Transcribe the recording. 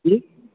की